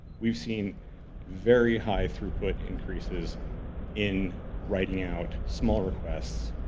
we've seen very high throughput increases in writing out small requests,